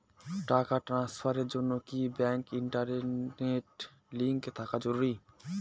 টাকা ট্রানস্ফারস এর জন্য কি ব্যাংকে ইন্টারনেট লিংঙ্ক থাকা জরুরি?